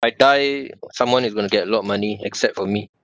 I die someone is going to get a lot of money except for me